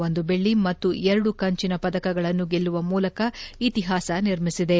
ಒಂದು ಬೆಳ್ಳಿ ಮತ್ತು ಎರಡು ಕಂಚಿನ ಪದಕಗಳನ್ನು ಗೆಲ್ಲುವ ಮೂಲಕ ಇತಿಹಾಸ ನಿರ್ಮಿಸಿದೆ